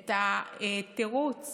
את התירוץ